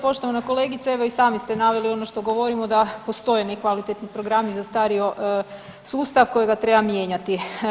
Poštovana kolegice evo i sami ste naveli ono što govorimo da postoje nekvalitetni programi, zastario sustav kojega treba mijenjati.